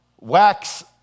wax